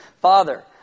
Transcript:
Father